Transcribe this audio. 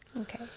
Okay